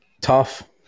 Tough